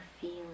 feeling